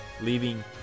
leaving